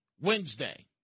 Wednesday